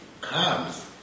comes